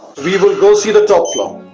we will go see the top floor